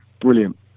Brilliant